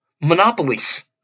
monopolies